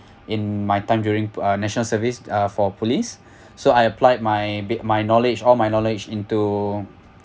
in my time during uh national service uh for police so I applied my big my knowledge all my knowledge into